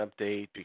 update